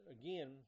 Again